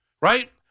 right